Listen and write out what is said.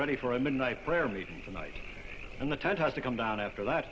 ready for him and i prayer meeting tonight and the time has to come down after that